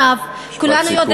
משפט סיכום,